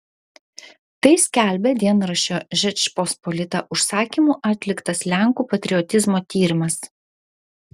tai skelbia dienraščio žečpospolita užsakymu atliktas lenkų patriotizmo tyrimas